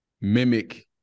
mimic